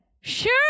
sure